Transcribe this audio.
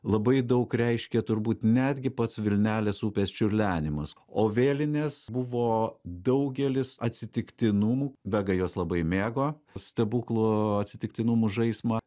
labai daug reiškė turbūt netgi pats vilnelės upės čiurlenimas o vėlinės buvo daugelis atsitiktinumų vega jos labai mėgo stebuklų atsitiktinumų žaismą